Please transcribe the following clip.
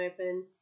open